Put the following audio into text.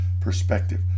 perspective